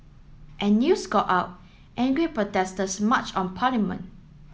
as news got out angry protesters marched on parliament